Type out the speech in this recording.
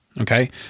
okay